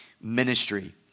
ministry